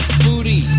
booty